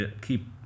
keep